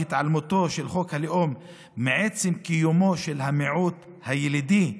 בהתעלמותו של חוק הלאום מעצם קיומו של "המיעוט הילידי",